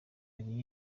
eliel